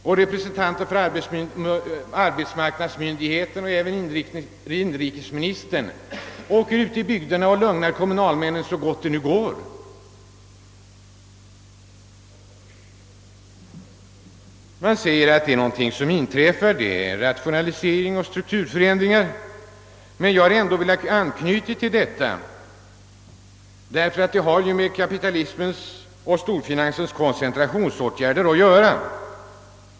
Både representanter för arbetsmarknadsmyndigheterna och inrikesministern åker ut i bygderna och lugnar kommunalmännen, så gott det nu går. Man säger att vad som inträffat beror På rationaliseringar och strukturförändringar. Men nedläggningarna har också ctt samband med kapitalismens och storfinansens koncentrationsåtgärder.